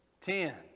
ten